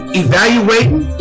evaluating